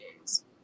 days